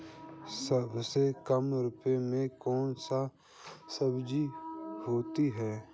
सबसे कम रुपये में कौन सी सब्जी होती है?